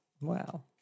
Wow